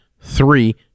three